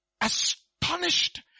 astonished